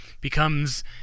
becomes